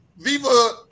Viva